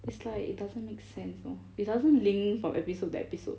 it's like it doesn't make sense know it doesn't link from episode to episode